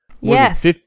Yes